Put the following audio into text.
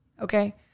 Okay